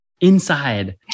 inside